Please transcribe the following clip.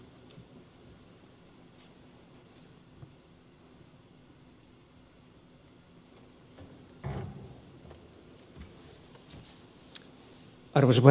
arvoisa puhemies